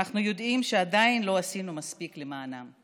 אנחנו יודעים שעדיין לא עשינו מספיק למענם.